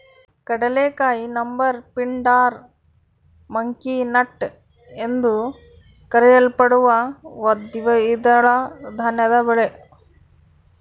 ಕಡಲೆಕಾಯಿ goober pindar monkey nut ಎಂದೂ ಕರೆಯಲ್ಪಡುವ ದ್ವಿದಳ ಧಾನ್ಯದ ಬೆಳೆ